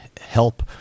help